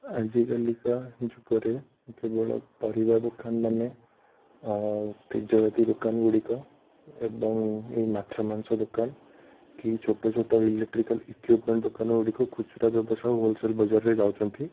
ଆଜିକାଲିକା ଯୁଗରେ କେବଳ ପରିବା ଦୋକାନମାନେ ଆଉ ତେଜରାତି ଦୋକାନ ଗୁଡ଼ିକ ଏବଂ ଏଇ ମାଛ ମାଂସ ଦୋକାନ କି ଛୋଟ ଛୋଟ ଇଲେଟ୍ରିକାଲ୍ ଇକ୍ୱିପମେଣ୍ଟ ଦୋକାନଗୁଡ଼ିକ ଖୁଚୁରା ବ୍ୟବସାୟ ହୋଲସେଲ୍ ବଜାରରେ ଯାଉଛନ୍ତି